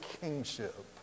kingship